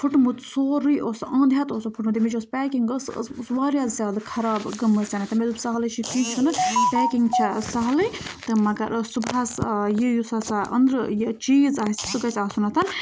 پھُٹمُت سورُے اوس سُہ انٛد ہٮ۪تھ سُہ پھُٹمُت تَمِچ یۄس پیکِنٛگ ٲس سۄ ٲس واریاہ زیادٕ خراب گٔمٕژ مےٚ دوٚپ سَہلٕے چھُ کیٚنٛہہ چھُنہٕ پیکِنٛگ چھےٚ سَہلٕے تہٕ مگر صُبحَس یہِ یُس ہسا أنٛدرٕ یہِ چیٖز آسہِ سُہ گژھِ آسُن